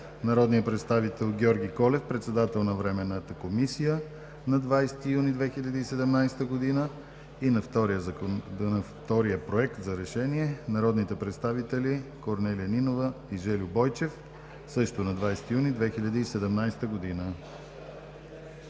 народния представител Георги Колев – председател на Временната комисия, на 20 юни 2016 г.; и на втория Проект за решение – народните представители Корнелия Нинова и Жельо Бойчев също на 20 юни 2017 г.